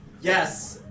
Yes